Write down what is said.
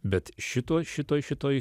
bet šitoj šitoj šitoj